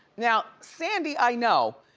now sandy, i know,